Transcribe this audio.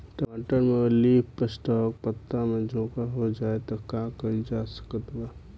टमाटर में अगर लीफ स्पॉट पता में झोंका हो जाएँ त का कइल जा सकत बा?